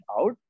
out